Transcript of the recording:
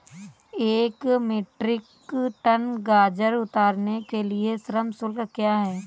एक metric tonne गाजर उतारने के लिए श्रम शुल्क क्या है?